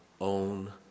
own